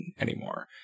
anymore